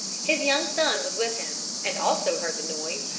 his young son was with him, and also heard the noise,